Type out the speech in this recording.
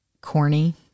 corny